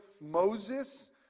moses